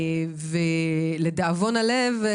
לדאבון הלב,